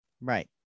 Right